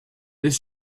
this